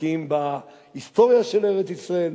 בקיאים בהיסטוריה של ארץ-ישראל,